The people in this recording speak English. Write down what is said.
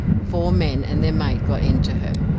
four men and the mate got into her,